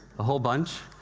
a whole bunch.